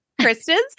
Kristen's